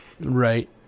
Right